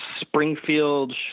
Springfield